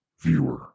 Viewer